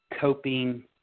coping